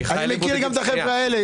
אני מכיר גם את החבר'ה האלה.